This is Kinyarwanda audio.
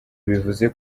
bivuze